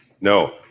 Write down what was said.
No